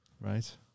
Right